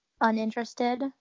uninterested